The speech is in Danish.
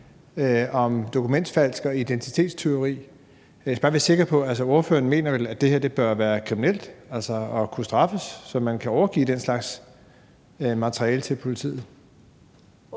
om dokumentfalsk og identitetstyveri. Jeg skal bare være sikker på, at ordføreren vel mener, at det her bør være kriminelt og kunne straffes, så man kan overgive den slags materiale til politiet.